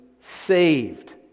saved